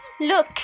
Look